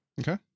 Okay